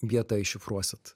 vietą iššifruosit